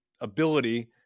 ability